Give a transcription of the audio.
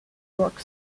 york